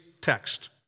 text